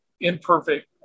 imperfect